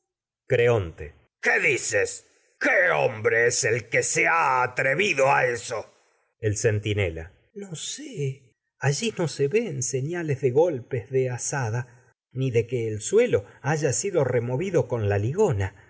qué dices qué hombre es el que se ha eso centinela no sé allí no se ven señales de gol con pes la de azada ni de que el suelo haya sido removido tierra está ligona la